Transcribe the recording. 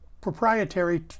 proprietary